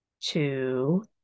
Two